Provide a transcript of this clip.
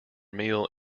meal